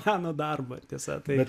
meno darbo tiesa tai